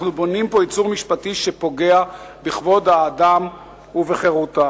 אנחנו בונים פה יצור משפטי שפוגע בכבוד האדם ובחירויותיו.